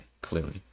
clearly